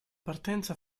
partenza